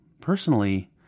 Personally